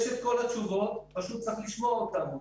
יש את כל התשובות, פשוט צריך לשמוע אותן.